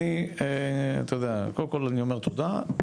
אני, אתה יודע, קודם כל, אני אומר תודה.